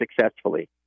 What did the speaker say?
successfully